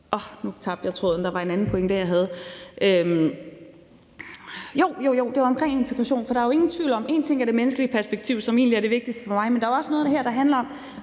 nå, nu tabte jeg tråden. Jeg havde også en anden pointe. Jo, det var om integration. Der er jo ingen tvivl om, at en ting er det menneskelige perspektiv, som egentlig er det vigtigste for mig, men der er også noget her, der handler om,